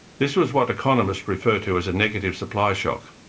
this was what economists refer to as a negative supply shock,